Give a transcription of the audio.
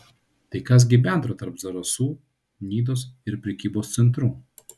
tai kas gi bendro tarp zarasų nidos ir prekybos centrų